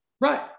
Right